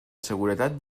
seguretat